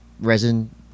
resin